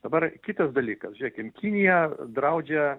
dabar kitas dalykas žiūrėkim kinija draudžia